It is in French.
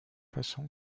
façon